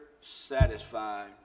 satisfied